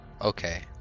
Okay